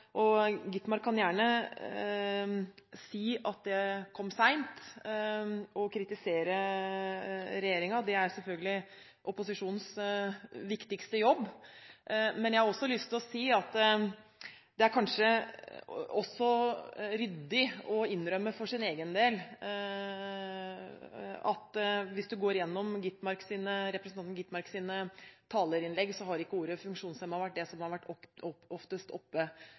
Skovholt Gitmark kan gjerne si at det kom sent, og kritisere regjeringen – det er selvfølgelig opposisjonens viktigste jobb. Men det er kanskje ryddig for ens egen del å innrømme at hvis en går igjennom representanten Skovholt Gitmarks talerinnlegg i løpet av denne perioden, ser en at ordet «funksjonshemmede» heller ikke i denne representantens talerinnlegg har vært oftest oppe.